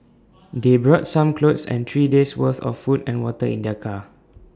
they brought some clothes and three days' worth of food and water in their car